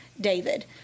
David